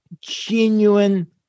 genuine